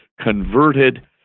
converted